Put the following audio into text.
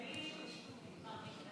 יופי.